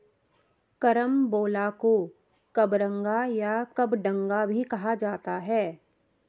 carambola को कबरंगा या कबडंगा भी कहा जाता है